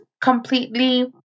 completely